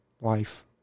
life